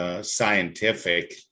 scientific